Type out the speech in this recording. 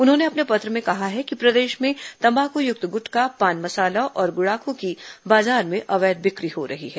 उन्होंने अपने पत्र में कहा है कि प्रदेश में तम्बाक्युक्त गुटखा पान मसाला और गुड़ाख् की बाजार में अवैध बिक्री हो रही है